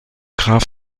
graf